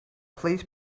please